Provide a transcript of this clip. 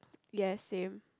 yes same